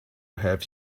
have